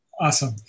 Awesome